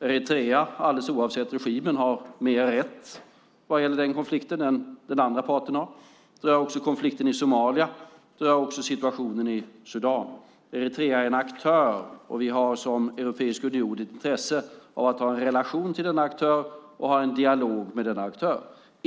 Eritrea oavsett regim har mer rätt än den andra parten. Det handlar också om konflikten i Somalia och situationen i Sudan. Eritrea är en aktör. Som europeisk union har vi intresse av att ha en relation till den aktören och av att ha en dialog med den aktören.